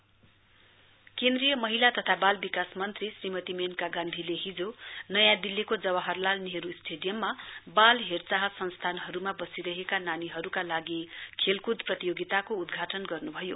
sports competition केन्द्रीय महिला तथा वाल विकास मन्त्री श्रीमती मेनका गान्धीले हिजो नयाँ दिल्लीको जवाहरलाल नेहरु स्टेडियममा वाल हेरचाह संस्थानहरुमा वसिरहेका नानीहरुका लागि खेलकूद प्रतियोगिताको उद्घाटन गर्नुभयो